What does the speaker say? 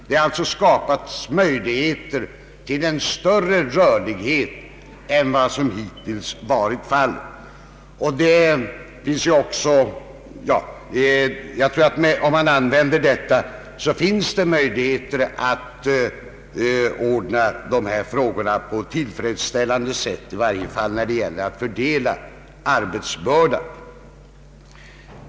Det har alltså skapats möjligheter till en större rör lighet än som hittills varit fallet. Om man gör på det sättet, finns det möjlighet att ordna dessa frågor tillfredsställande, i varje fall när det gäller att fördela arbetsbördan.